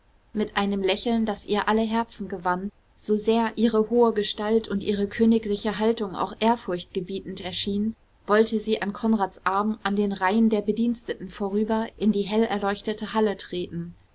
mit einem lächeln das ihr alle herzen gewann so sehr ihre hohe gestalt und ihre königliche haltung auch ehrfurchtgebietend erschien wollte sie an konrads arm an den reihen der bediensteten vorüber in die hell erleuchtete halle treten